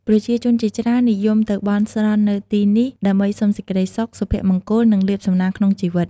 ប្រជាជនជាច្រើននិយមទៅបន់ស្រន់នៅទីនេះ ដើម្បីសុំសេចក្ដីសុខ សុភមង្គល និងលាភសំណាងក្នុងជីវិត។